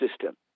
system